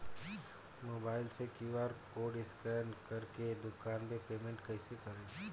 Mobile से QR code scan कर के दुकान मे पेमेंट कईसे करेम?